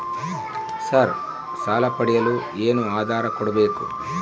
Sir ಸಾಲ ಪಡೆಯಲು ಏನು ಆಧಾರ ಕೋಡಬೇಕು?